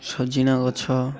ସଜନା ଗଛ